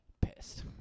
pissed